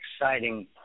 exciting